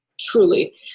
truly